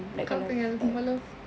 kau tengah give off love